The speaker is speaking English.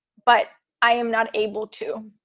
but i am not able to.